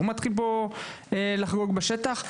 הוא מתחיל לחגוג בשטח.